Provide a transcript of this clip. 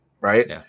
right